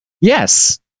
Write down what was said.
Yes